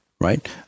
Right